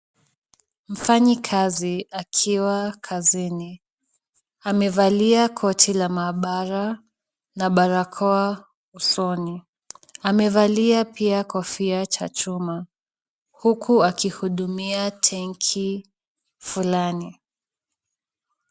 Mfanyikazi akiwa kazini, amevalia koti la maabara na barakoa usoni, amevalia pia kofia cha chuma, huku akihudumia tenki fulani.